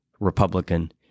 Republican